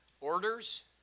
Orders